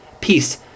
peace